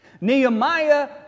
Nehemiah